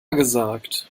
gesagt